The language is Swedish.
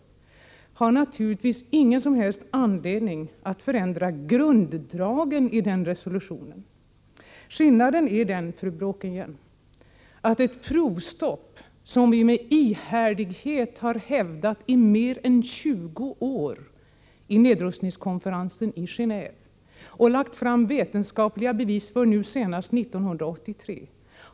Vi har naturligtvis ingen som helst anledning att förändra grunddragen i den resolutionen. Skillnaden är den, fru Bråkenhielm, att vi ännu icke fått parterna att börja förhandla om ett provstopp, som vi med ihärdighet har förespråkat i mer än 20 år vid nedrustningskonferensen i Gené&ve och lagt fram vetenskapliga verifikationsmetoder för, senast 1983.